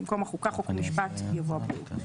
במקום "החוקה חוק ומשפט" יבוא "הבריאות".